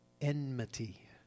Enmity